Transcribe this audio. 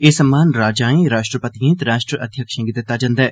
एह् सम्मान राजाएं राश्ट्रपतिएं ते राश्ट्रध्यक्षें गी दित्ता जंदा ऐ